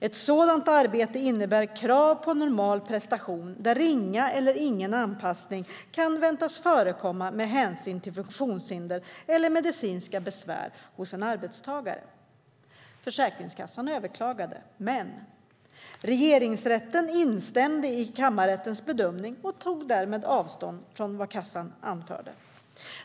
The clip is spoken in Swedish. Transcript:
Ett sådant arbete innebär krav på normal prestation där ringa eller ingen anpassning kan väntas förekomma med hänsyn till funktionshinder eller medicinska besvär hos en arbetstagare. Försäkringskassan överklagade men Regeringsrätten instämde i kammarrättens bedömning och tog därmed avstånd från vad Försäkringskassan anförde.